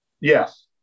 Yes